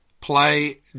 Play